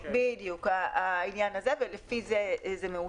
בדיוק, וזה מאושר לפי זה.